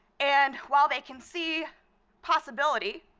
and while they can see possibility,